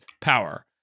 power